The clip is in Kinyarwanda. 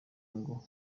ngo